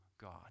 God